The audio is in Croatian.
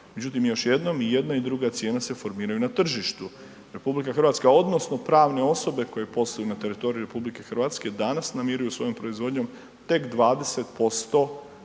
međutim još jednom i jedna i druga cijena se formiraju na tržištu. RH odnosno pravne osobe koje posluju na teritoriju RH danas namiruju svojoj proizvodnjom tek 20%